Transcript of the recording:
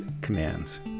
commands